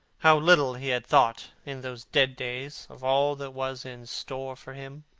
how little he had thought, in those dead days, of all that was in store for him!